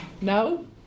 No